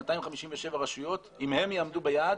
257 רשויות, אם הם יעמדו ביעד